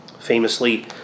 Famously